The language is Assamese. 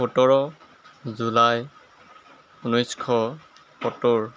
সোতৰ জুলাই ঊনৈছশ সত্তৰ